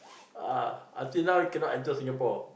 ah until now he cannot enter Singapore